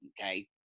okay